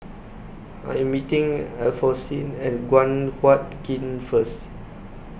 I Am meeting Alphonsine At Guan Huat Kiln First